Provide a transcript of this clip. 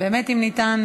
באמת אם ניתן,